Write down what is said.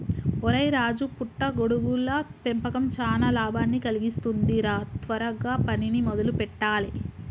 ఒరై రాజు పుట్ట గొడుగుల పెంపకం చానా లాభాన్ని కలిగిస్తుంది రా త్వరగా పనిని మొదలు పెట్టాలే